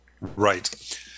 Right